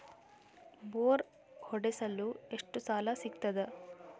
Bore ಹೊಡೆಸಲು ಎಷ್ಟು ಸಾಲ ಸಿಗತದ?